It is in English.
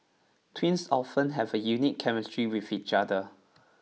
twins often have a unique chemistry with each other